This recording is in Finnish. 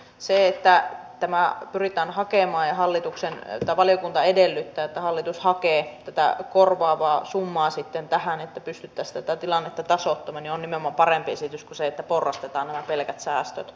se että tämä pyritään hakemaan hallituksen heta valiokunta edellyttää että hallitus hakee sitten korvaavaa summaa tähän että pystyttäisiin tilannetta tasoittamaan on nimenomaan parempi esitys kuin se että porrastetaan nämä pelkät säästöt